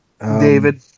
David